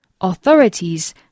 Authorities